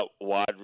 wide